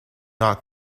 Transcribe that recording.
not